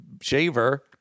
shaver